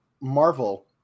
Marvel –